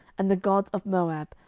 and the gods of moab,